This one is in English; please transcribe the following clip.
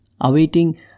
Awaiting